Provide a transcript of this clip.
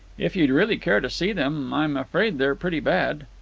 if you'd really care to see them. i'm afraid they're pretty bad.